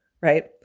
right